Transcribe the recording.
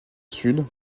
sud